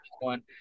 one